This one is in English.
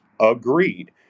Agreed